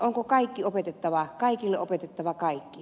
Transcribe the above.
onko kaikille opetettava kaikki